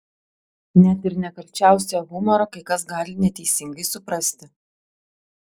net ir nekalčiausią humorą kai kas gali neteisingai suprasti